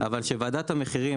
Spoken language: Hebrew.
אבל כשוועדת המחירים,